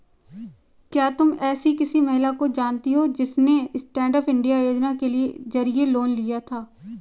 क्या तुम एसी किसी महिला को जानती हो जिसने स्टैन्डअप इंडिया योजना के जरिए लोन लिया था?